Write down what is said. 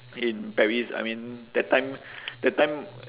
in paris I mean that time that time